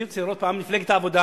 אני רוצה לראות פעם את מפלגת העבודה,